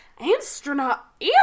astronaut